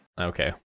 Okay